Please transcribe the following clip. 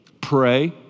Pray